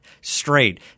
straight